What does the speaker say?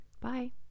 Bye